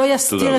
לא יסתיר,